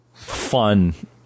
fun